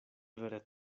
vere